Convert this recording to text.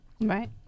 Right